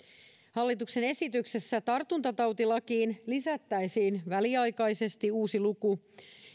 hallituksen esityksessä tartuntatautilakiin lisättäisiin väliaikaisesti uusi luku